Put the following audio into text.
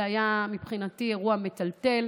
זה היה מבחינתי אירוע מטלטל,